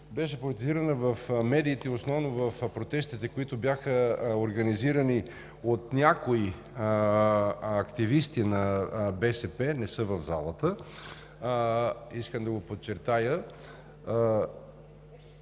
беше политизирана в медиите, основно в протестите, които бяха организирани от някои активисти на БСП, не са в залата – искам да го подчертая,